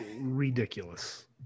ridiculous